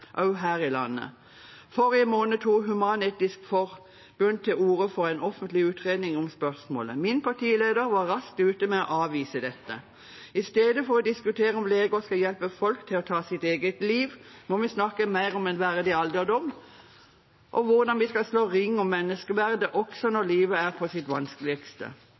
også her i landet. I forrige måned tok Human-Etisk Forbund til orde for en offentlig utredning om spørsmålet. Min partileder var raskt ute med å avvise dette. I stedet for å diskutere om leger skal hjelpe folk til å ta sitt eget liv, må vi snakke mer om en verdig alderdom, og om hvordan vi skal slå ring om menneskeverdet også når livet er på sitt vanskeligste.